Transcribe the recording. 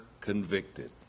convicted